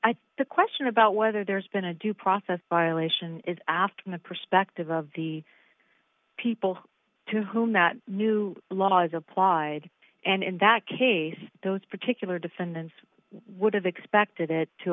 with the question about whether there's been a due process violation is after the perspective of the people to whom that new law is applied and in that case those particular defendants would have expected it to